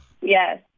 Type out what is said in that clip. Yes